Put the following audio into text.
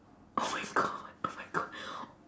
oh my god oh my god